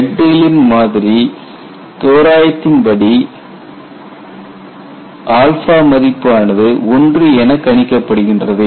டக்டேலின் மாதிரி Dugdales model தோராயத்தின் படி மதிப்பு ஆனது 1 என கணிக்கப்படுகின்றது